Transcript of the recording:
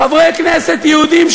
חברי כנסת יהודים,